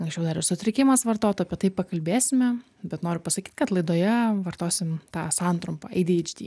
anksčiau dar ir sutrikimas vartota apie tai pakalbėsime bet noriu pasakyt kad laidoje vartosim tą santrumpą adhd